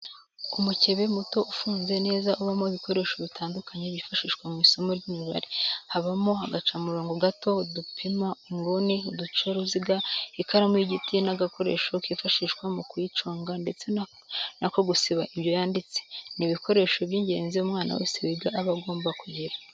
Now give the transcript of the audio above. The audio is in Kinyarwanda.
Umukebe muto ufunze neza ubamo ibikoresho bitandukanye byifashishwa mu isomo ry'imibare, habamo agacamurongo gato, udupima inguni, uducaruziga, ikaramu y'igiti n'agakoresho kifashishwa mu kuyiconga ndetse n'ako gusiba ibyo yanditse, ni ibikoresho by'ingenzi umwana wese wiga aba agomba kugira.